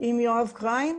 עם יואב קריים,